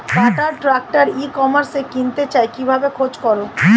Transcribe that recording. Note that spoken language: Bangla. কাটার ট্রাক্টর ই কমার্সে কিনতে চাই কিভাবে খোঁজ করো?